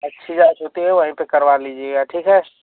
अच्छी जाँच होती है वहीं पर करवा लीजिएगा ठीक है